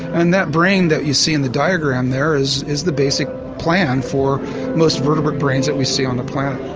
and that brain that you see in the diagram there is is the basic plan for most vertebrate brains that we see on the planet.